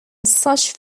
such